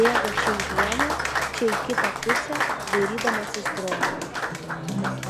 bėgo čia į vieną čia į kitą pusę dairydamasis brolio